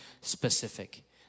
specific